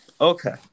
Okay